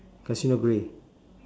casino grey